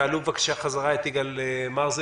תעלו בחזרה את יגאל מרזל.